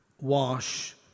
wash